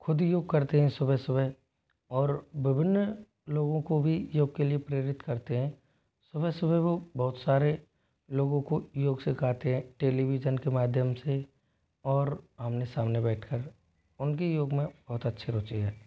खुद योग करते हैं सुबह सुबह और विभिन्न लोगों को भी योग के लिए प्रेरित करते हैं सुबह सुबह वो बहुत सारे लोगों को योग से सिखाते हैं टेलीविजन के माध्यम से और आमने सामने बैठकर उनकी योग में बहुत अच्छे रुचि है